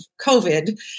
COVID